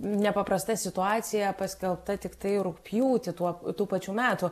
nepaprasta situacija paskelbta tiktai rugpjūtį tuo tų pačių metų